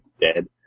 dead